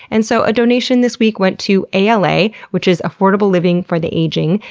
and so a donation this week went to ala, which is affordable living for the aging,